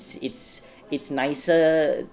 it's it's nicer